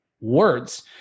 Words